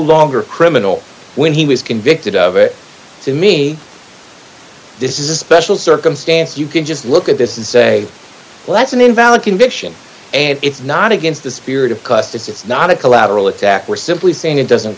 longer criminal when he was convicted of it to me this is a special circumstance you can just look at this and say well that's an invalid conviction and it's not against the spirit of it's not a collateral attack we're simply saying it doesn't